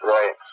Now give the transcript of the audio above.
Right